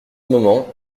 moment